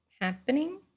happening